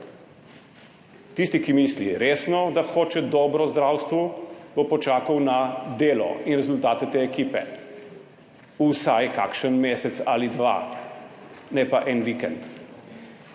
Tisti, ki misli resno, da hoče dobro zdravstvu, bo počakal na delo in rezultate te ekipe vsaj kakšen mesec ali dva ne pa en vikend.